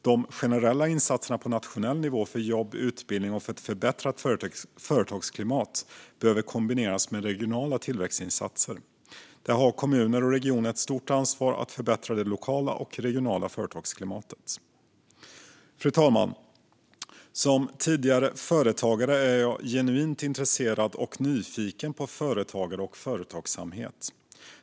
De generella insatserna på nationell nivå för jobb, utbildning och ett förbättrat företagsklimat behöver kombineras med regionala tillväxtinsatser. Där har kommuner och regioner ett stort ansvar att förbättra det lokala och regionala företagsklimatet. Fru talman! Som tidigare företagare är jag genuint intresserad och nyfiken på företagare och företagsamhet.